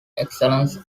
excellence